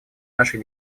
нашей